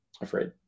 afraid